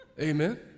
Amen